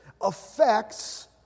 affects